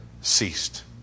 ceased